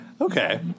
Okay